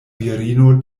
virino